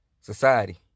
society